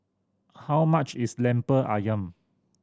how much is Lemper Ayam